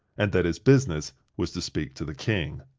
and that his business was to speak to the king.